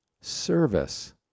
Service